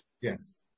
Yes